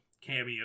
cameo